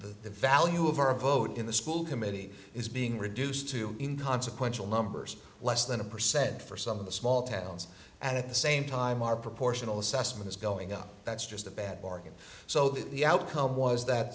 the value of our vote in the school committee is being reduced to in consequential numbers less than a percent for some of the small towns and at the same time are proportional assessments going up that's just a bad bargain so the outcome was that